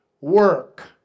work